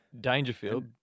Dangerfield